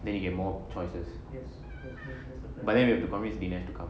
then you get more choices but then you have to convince dinesh to come